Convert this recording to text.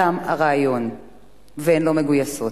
תם הריאיון והן לא מגויסות.